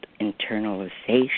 internalization